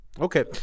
Okay